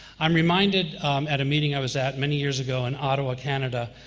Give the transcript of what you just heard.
i'm reminded at a meeting i was at many years ago in ottawa, canada,